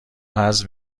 حذف